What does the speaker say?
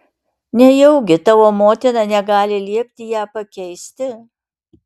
nejaugi tavo motina negali liepti ją pakeisti